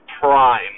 prime